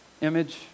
Image